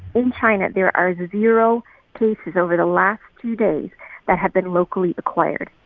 in china, there are zero cases over the last few days that have been locally acquired.